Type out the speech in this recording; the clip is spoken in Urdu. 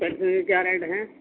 پینسل میں کیا ریٹ ہیں